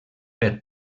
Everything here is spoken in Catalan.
per